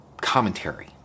commentary